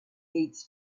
leads